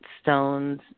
stones